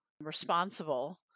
responsible